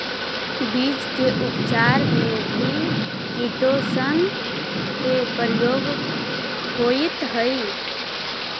बीज के उपचार में भी किटोशन के प्रयोग होइत हई